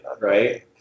right